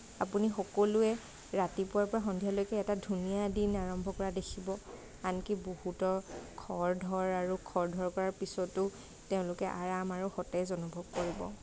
আপুনি সকলোৱে ৰাতিপুৱাৰ পৰা সন্ধিয়ালৈকে এটা ধুনীয়া দিন আৰম্ভ কৰা দেখিব আনকি বহুতৰ খৰধৰ আৰু খৰধৰ কৰাৰ পিছতো তেওঁলোকে আৰাম আৰু সতেজ অনুভৱ কৰিব